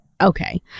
okay